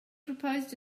proposed